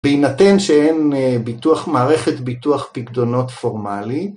בהינתן שאין ביטוח, מערכת ביטוח פקדונות פורמלית.